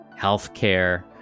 healthcare